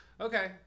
okay